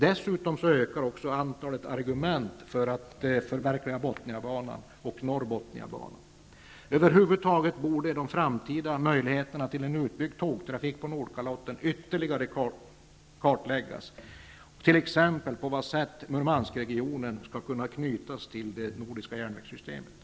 Dessutom ökar också antalet argument för att förverkliga Bothniabanan och Nordbothniabanan. Över huvud taget borde de framtida möjligheterna till en utbyggd tågtrafik på Nordkalotten ytterligare kartläggas, t.ex. på vilket sätt Murmanskregionen skall kunna knytas till det nordiska järnvägssystemet.